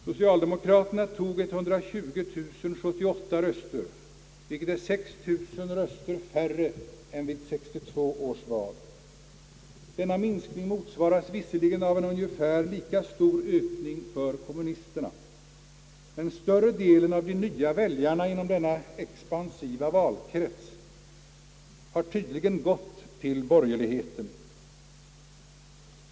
Socialdemokraterna tog 120078 röster, vilket är 6 000 röster färre än vid 1962 års val. Denna minskning motsvaras visserligen av en ungefär lika stor ökning för kommunisterna, men större delen av de nya väljarna inom denna expansiva valkrets har tydligen gått till borgerligheten.